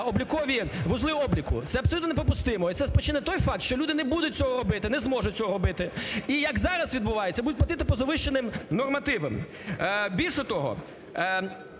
облікові, вузли обліку. Це абсолютно не припустимо. І це спричинить той факт, що люди не будуть цього робити, не зможуть цього робити. І як зараз відбувається, будуть платити по завищеним нормативам. Більше того,